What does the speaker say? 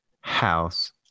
house